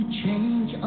change